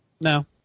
No